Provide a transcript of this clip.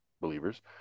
believers